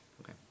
Okay